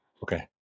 Okay